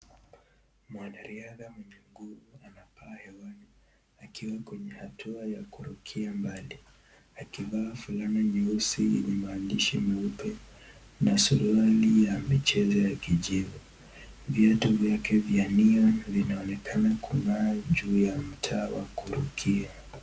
Mwanariadha mwenye nguvu anapaa hewani akiwa kwenye hatua ya kurukia mbali, akivaa fulani nyeusi yenye maandishi meupe na suruali ya michele ya kijivu viatu vyake vya neon vinaonekana kung'aa juu ya mtaa wa kurukia.